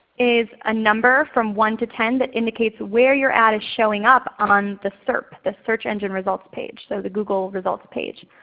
is a number from one to ten that indicates where you're at as showing up on the serp, the search engine results page, so the google results page.